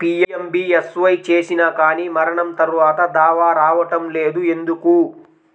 PMBSY చేసినా కానీ మరణం తర్వాత దావా రావటం లేదు ఎందుకు?